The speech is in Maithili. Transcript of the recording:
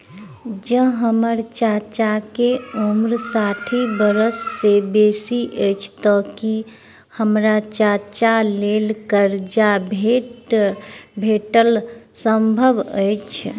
जँ हम्मर चाचाक उम्र साठि बरख सँ बेसी अछि तऽ की हम्मर चाचाक लेल करजा भेटब संभव छै?